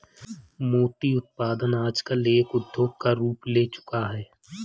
मोती उत्पादन आजकल एक उद्योग का रूप ले चूका है